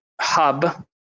hub